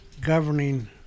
governing